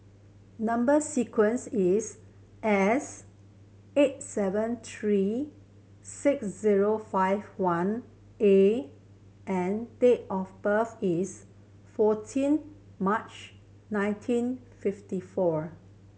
number sequence is S eight seven three six zero five one A and date of birth is fourteen March nineteen fifty four